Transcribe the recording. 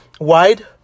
wide